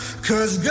cause